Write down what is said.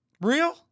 Real